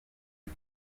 est